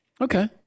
Okay